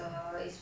how to 不耐